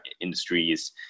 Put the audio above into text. industries